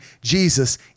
Jesus